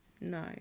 No